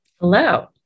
Hello